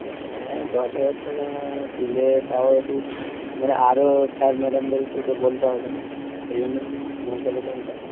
হ্যাঁ দশ হাজার টাকা দিলে তাও একটু মানে আরও স্যার ম্যাডামদের একটু তো বলতে হবে না সেই জন্য আপনার কাছে কল করা